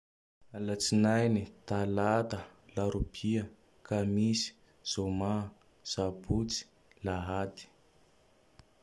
Alatsinainy, Talata, Larobia, Kamisy, Zoma, Sabotsy, Lahady.